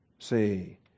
Say